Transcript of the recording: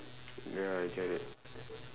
ya I get it